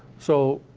so.